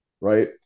right